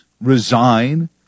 resign